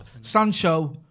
Sancho